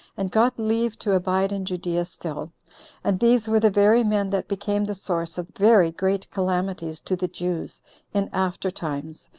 and got leave to abide in judea still and these were the very men that became the source of very great calamities to the jews in after times,